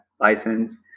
license